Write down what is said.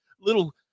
little